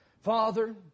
Father